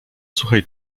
suchej